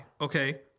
okay